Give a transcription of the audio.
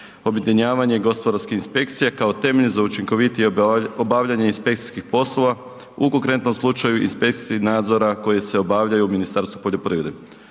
objedinjavanje gospodarskih inspekcija kao temelj za učinkovitije obavljanje inspekcijskih poslova u konkretnom slučaju inspekcijskih nadzora koji se obavljaju u Ministarstvu poljoprivrede.